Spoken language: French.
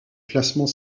classement